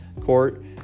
court